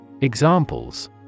Examples